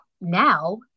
Now